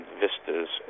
vistas